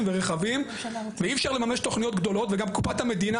ורכבים ואי אפשר לממש תוכניות גדולות וגם קופת המדינה